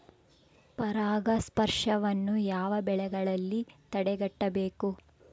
ಪರಾಗಸ್ಪರ್ಶವನ್ನು ಯಾವ ಬೆಳೆಗಳಲ್ಲಿ ತಡೆಗಟ್ಟಬೇಕು?